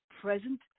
present